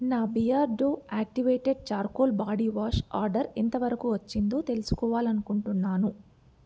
నా Beardo activated charcoal body wash order ఎంతవరకు వచ్చిందో తెలుసుకోవాలి అనుకుంటున్నాను